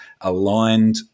aligned